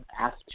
asked